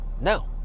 No